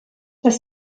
das